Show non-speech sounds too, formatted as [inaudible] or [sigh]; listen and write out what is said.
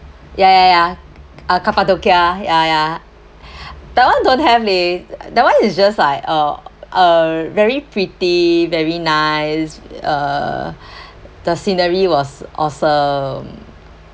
ya ya ya uh cappadocia ya ya that one don't have leh that one is just like uh a very pretty very nice(uh) [breath] the scenery was awesome